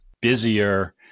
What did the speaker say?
busier